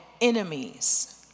enemies